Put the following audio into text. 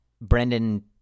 Brendan